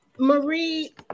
Marie